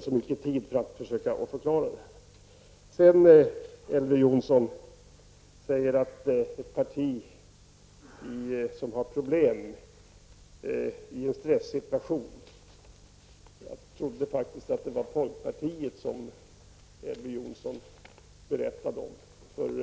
så mycket tid för att försöka förklara detta. Elver Jonsson talar om ett parti som har problem i en stressituation. Jag trodde faktiskt att det var folkpartiet som Elver Jonsson berättade om.